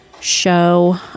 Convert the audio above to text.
show